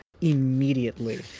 immediately